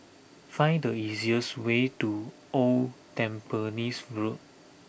find the easiest way to Old Tampines Road